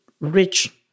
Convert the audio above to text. Rich